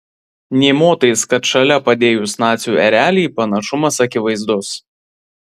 nė motais kad šalia padėjus nacių erelį panašumas akivaizdus